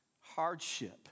hardship